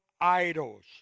idols